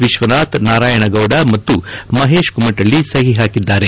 ವಿಜ್ಞನಾಥ್ ನಾರಾಯಣ ಗೌಡ ಮತ್ತು ಮಹೇಶ್ ಕುಮಟಳ್ಳ ಸಹಿ ಹಾಕಿದ್ದಾರೆ